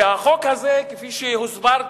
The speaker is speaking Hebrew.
שהחוק הזה כפי שהוסבר כאן,